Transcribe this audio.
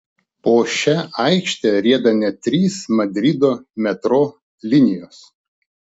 po šia aikšte rieda net trys madrido metro linijos